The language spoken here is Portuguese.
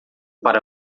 para